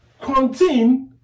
quarantine